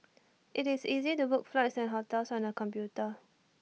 IT is easy to book flights and hotels on the computer